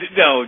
no